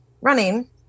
running